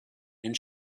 and